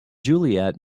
juliet